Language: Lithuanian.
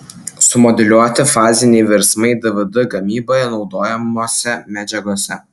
sumodeliuoti faziniai virsmai dvd gamyboje naudojamose medžiagose